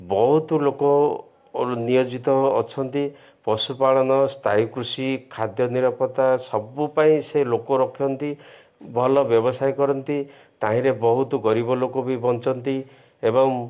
ବହୁତ ଲୋକ ନିୟୋଜିତ ଅଛନ୍ତି ପଶୁପାଳନ ସ୍ଥାୟୀ କୃଷି ଖାଦ୍ୟ ନିରପତ୍ତା ସବୁ ପାଇଁ ସେ ଲୋକ ରଖନ୍ତି ଭଲ ବ୍ୟବସାୟ କରନ୍ତି ତାହିଁରେ ବହୁତ ଗରିବ ଲୋକ ବି ବଞ୍ଚନ୍ତି ଏବଂ